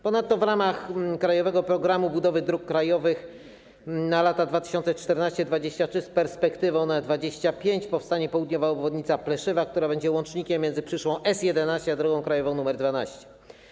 Ponadto w ramach krajowego „Programu budowy dróg krajowych na lata 2014-2023” z perspektywą na 2025 powstanie południowa obwodnica Pleszewa, która będzie łącznikiem między przyszłą S11 a drogą krajową nr 12.